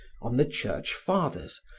on the church fathers,